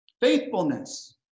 faithfulness